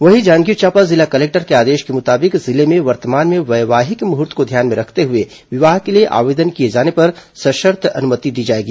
वहीं जांजगीर चांपा जिला कलेक्टर के आदेश के मुताबिक जिले में वर्तमान में वैवाहिक मुहूर्त को ध्यान में रखते हुए विवाह के लिए आवेदन किए जाने पर सशर्त अनुमति दी जाएगी